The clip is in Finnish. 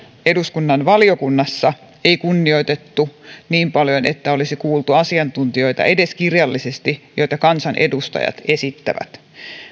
eduskunnan valiokunnassa ei kunnioitettu niin paljon että olisi kuultu edes kirjallisesti asiantuntijoita joita kansanedustajat esittävät